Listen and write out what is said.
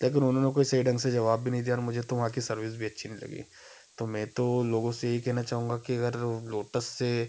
लेकिन उन्होंने कोई सही ढंग से जवाब भी नहीं दिया और मुझे तो वहाँ की सर्विस भी अच्छी नहीं लगी तो मैं तो लोगों से यही कहना चाहूँगा कि अगर लोटस से